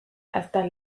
hasta